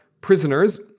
prisoners